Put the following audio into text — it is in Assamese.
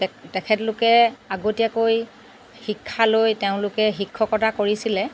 তেখ তেখেতলোকে আগতীয়াকৈ শিক্ষা লৈ তেওঁলোকে শিক্ষকতা কৰিছিলে